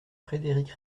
frédéric